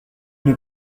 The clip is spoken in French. une